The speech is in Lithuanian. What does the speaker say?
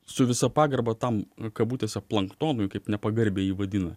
su visa pagarba tam kabutėse planktonui kaip nepagarbiai jį vadina